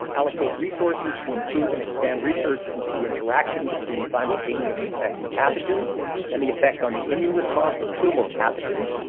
allocate resources to improve and expand research into the interaction between simultaneous infecting pathogens and the effect on the immune response of two or more pathogens.